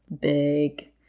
big